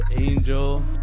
Angel